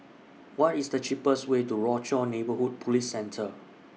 What IS The cheapest Way to Rochor Neighborhood Police Centre